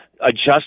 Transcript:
adjust